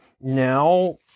now